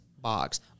box